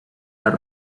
les